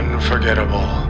Unforgettable